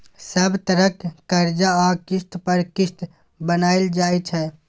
सब तरहक करजा आ किस्त पर किस्त बनाएल जाइ छै